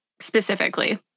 specifically